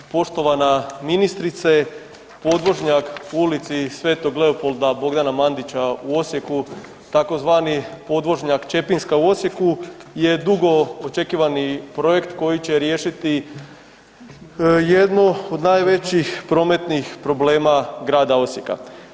Poštovana ministrice podvožnjak u Ulici Sv.Leopolda Bogdana Mandića u Osijeku tzv. podvožnjak Čepinjska u Osijeku je dugo očekivani projekt koji će riješiti jedno od najvećih prometnih problema grada Osijeka.